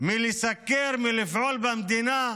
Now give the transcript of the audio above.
מלסקר ומלפעול במדינה,